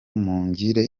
mungire